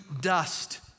dust